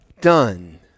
done